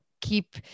keep